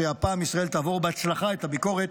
שהפעם ישראל תעבור בהצלחה את הביקורת.